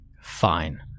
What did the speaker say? Fine